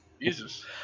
Jesus